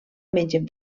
mengen